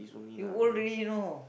you old already you know